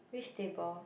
which table